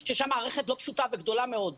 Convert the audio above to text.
ששם יש מערכת לא פשוטה וגדולה מאוד,